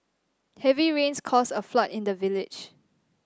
heavy rains caused a flood in the village